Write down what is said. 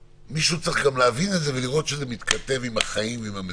מישהו צריך גם להבין את זה ולראות שזה מתכתב עם החיים ועם המציאות,